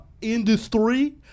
industry